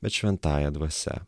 bet šventąja dvasia